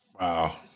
Wow